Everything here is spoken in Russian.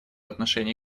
отношении